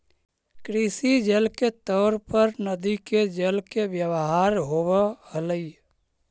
कृषि जल के तौर पर नदि के जल के व्यवहार होव हलई